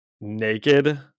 naked